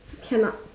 cannot